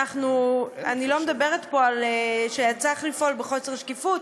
אני לא אומר פה שצריך לפעול בחוסר שקיפות,